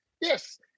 yes